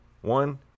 one